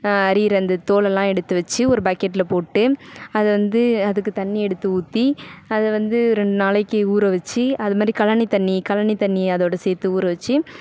அரியுற அந்த தோலெல்லாம் எடுத்து வச்சு ஒரு பக்கெட்டில் போட்டு அதை வந்து அதுக்கு தண்ணி எடுத்து ஊற்றி அதை வந்து ரெண்டு நாளைக்கு ஊற வச்சு அதுமாரி கழனி தண்ணி கழனி தண்ணியை அதோடு சேர்த்து ஊற வச்சு